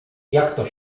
jak